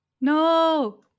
No